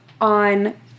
On